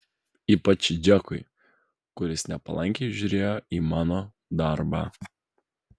ypač džekui kuris nepalankiai žiūrėjo į mano darbą